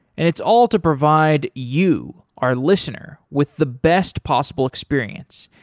and it's all to provide you our listener with the best possible experience.